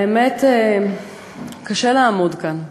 האמת, קשה לעמוד כאן.